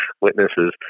witnesses